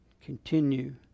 Continue